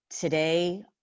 today